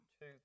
two